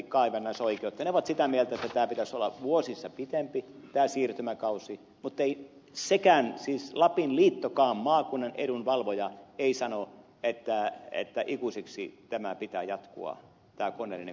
ne ovat sitä mieltä että siirtymäkauden pitäisi olla vuosissa pitempi muttei lapin liittokaan maakunnan edunvalvoja sano että ikuisiksi ajoiksi pitää jatkua koneellinen kullan kaivaminen